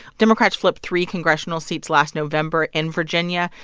democrats flipped three congressional seats last november in virginia.